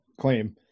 claim